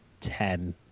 ten